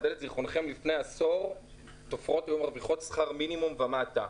לפני עשור תופרות היו מרוויחות שכר מינימום ומטה,